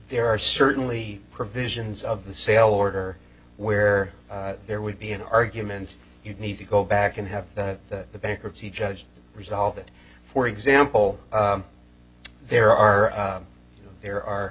there are certainly provisions of the sale order where there would be an argument you need to go back and have that the bankruptcy judge resolved it for example there are there are